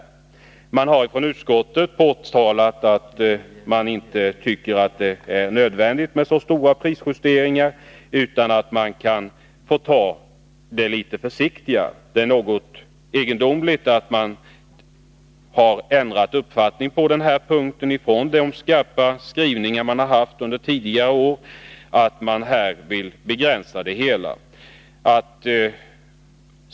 Utskottet har denna gång uttalat att man inte tycker att det är nödvändigt med så stora prisjusteringar utan vill ta det litet försiktigare. Det är något egendomligt att man har ändrat uppfattning på denna punkt från de skarpa skrivningarna under tidigare år till att nu vilja begränsa det hela.